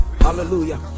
hallelujah